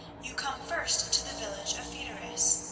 you come first to the village of fideris,